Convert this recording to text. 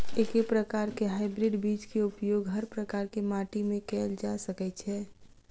एके प्रकार केँ हाइब्रिड बीज केँ उपयोग हर प्रकार केँ माटि मे कैल जा सकय छै?